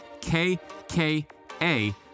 KKA